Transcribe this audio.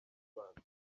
rwanda